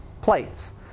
plates